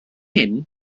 hyn